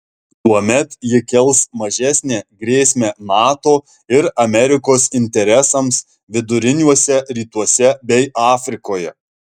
tuomet ji kels mažesnę grėsmę nato ir amerikos interesams viduriniuose rytuose bei afrikoje